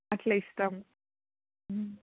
అట్లా ఇస్తాము